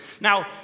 Now